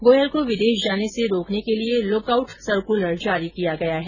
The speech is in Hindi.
गोयल को विदेश जाने से रोकने के लिए लुक ऑउट सकुंलर जारी किया गया है